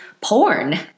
porn